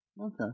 Okay